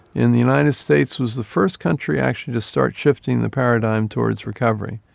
and the united states was the first country actually to start shifting the paradigm towards recovery.